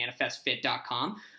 ManifestFit.com